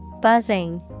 Buzzing